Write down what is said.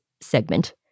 segment